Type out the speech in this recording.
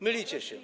Mylicie się.